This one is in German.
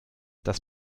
das